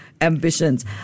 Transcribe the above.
ambitions